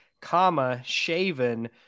comma-shaven